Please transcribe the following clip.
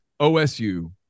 OSU